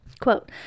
Quote